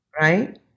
Right